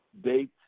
date